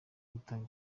gutanga